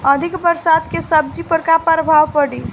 अधिक बरसात के सब्जी पर का प्रभाव पड़ी?